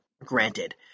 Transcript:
granted